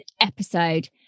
episode